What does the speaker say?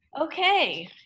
Okay